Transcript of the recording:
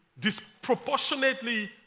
disproportionately